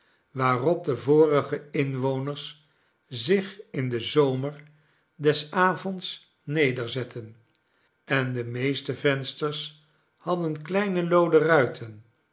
waarop de vorige inwoners zich in den zorner des avonds nederzetten en de meeste vensters hadden kleine looden ruiten